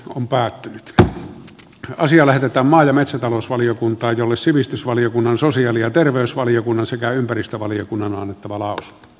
puhemiesneuvosto ehdottaa että asia lähetetään maa ja metsätalousvaliokuntaan jolle sivistysvaliokunnan sosiaali ja terveysvaliokunnan sekä ympäristövaliokunnan on kavala